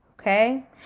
Okay